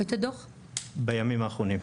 בימים האחרונים.